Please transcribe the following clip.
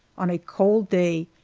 on a cold day,